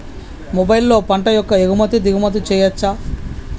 మొబైల్లో పంట యొక్క ఎగుమతి దిగుమతి చెయ్యచ్చా?